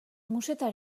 musetta